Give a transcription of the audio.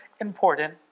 important